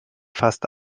fast